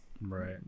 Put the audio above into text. Right